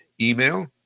email